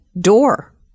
door